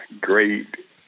great